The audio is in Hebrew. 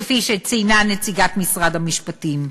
כפי שציינה נציגת משרד המשפטים.